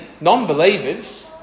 Non-believers